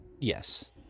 Yes